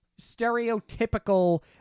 stereotypical